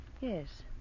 Yes